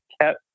kept